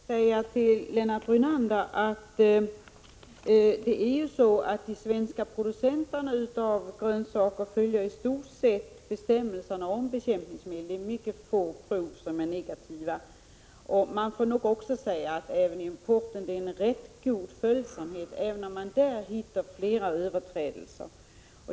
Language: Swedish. Herr talman! Jag skulle gärna vilja säga till Lennart Brunander att de svenska producenterna av grönsaker i stort sett följer bestämmelserna om bekämpningsmedel. Mycket få prov är negativa. Man får nog säga att även importen visar en rätt god följsamhet, även om man där hittar flera överträdelser.